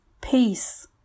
Peace